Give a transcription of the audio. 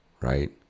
right